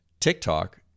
TikTok